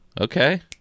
Okay